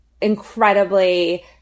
incredibly